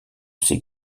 ses